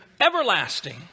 everlasting